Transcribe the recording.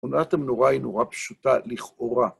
עונת המנורה היא נורא פשוטה לכאורה.